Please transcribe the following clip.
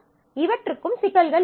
ஆனால் இவற்றுக்கும் சிக்கல்கள் உள்ளன